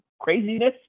craziness